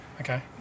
Okay